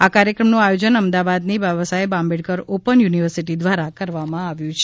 આ કાર્યક્રમનું આયોજન અમદાવાદની બાબાસાહેબ આંબેડકર ઓપન યુનિવર્સિટી દ્વારા કરવામાં આવ્યું છે